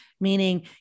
meaning